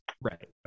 Right